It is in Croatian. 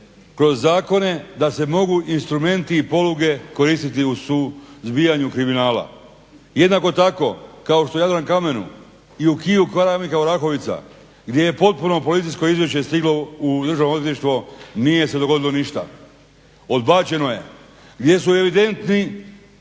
što je u Jadrankamenu